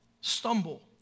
stumble